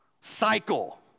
Cycle